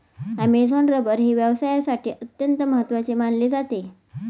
Amazon rubber हे व्यवसायासाठी अत्यंत महत्त्वाचे मानले जाते